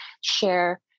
share